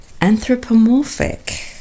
Anthropomorphic